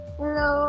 hello